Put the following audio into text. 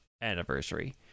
anniversary